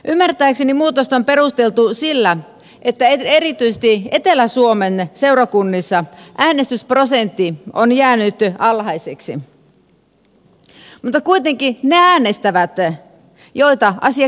ymmärtääkseni muutosta on perusteltu sillä että erityisesti etelä suomen seurakunnissa äänestysprosentti on jäänyt alhaiseksi mutta kuitenkin ne äänestävät joita asia kiinnostaa